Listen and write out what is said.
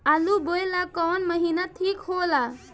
आलू बोए ला कवन महीना ठीक हो ला?